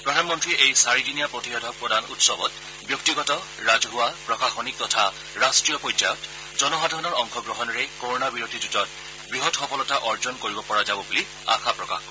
প্ৰধানমন্ত্ৰীয়ে এই চাৰিদিনীয়া প্ৰতিষেধক প্ৰদান উৎসৱত ব্যক্তিগত ৰাজহুৱা প্ৰশাসনিক তথা ৰাষ্ট্ৰীয় পৰ্যায়ত জনসাধাৰণৰ অংশগ্ৰহণেৰে কৰণা বিৰোধী যুঁজত বৃহৎ সফলতা অৰ্জন কৰিব পৰা যাব বুলি আশা প্ৰকাশ কৰে